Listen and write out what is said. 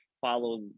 follow